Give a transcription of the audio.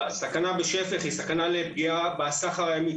הסכנה בשפך היא סכנה לפגיעה בסחר הימי.